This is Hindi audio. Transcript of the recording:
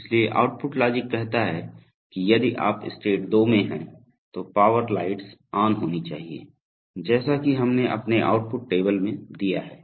इसलिए आउटपुट लॉजिक कहता है कि यदि आप स्टेट 2 में हैं तो पावर लाइट्स ऑन होनी चाहिए जैसा कि हमने अपने आउटपुट टेबल में दिया है